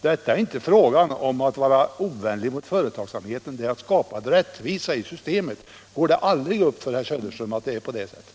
Det är här inte fråga om att vara ovänlig mot företagsamheten utan om att skapa rättvisa i systemet. Går det aldrig upp för herr Söderström att det är på det sättet?